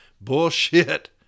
Bullshit